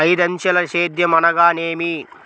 ఐదంచెల సేద్యం అనగా నేమి?